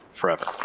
forever